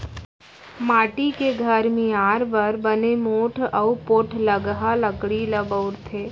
माटी के घर मियार बर बने मोठ अउ पोठलगहा लकड़ी ल बउरथे